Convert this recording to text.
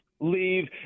leave